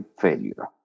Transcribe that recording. failure